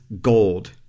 gold